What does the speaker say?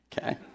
Okay